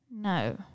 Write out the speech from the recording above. No